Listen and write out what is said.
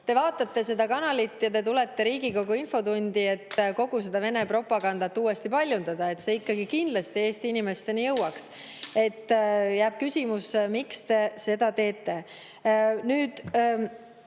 te vaatate seda kanalit ja tulete Riigikogu infotundi, et seda Vene propagandat paljundada, et see kindlasti Eesti inimesteni jõuaks. Jääb küsimus, miks te seda teete.